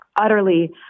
utterly